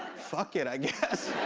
fuck it, i guess.